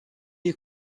est